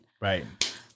Right